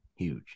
Huge